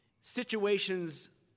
situations